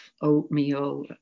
oatmeal